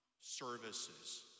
services